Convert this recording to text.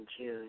June